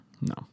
No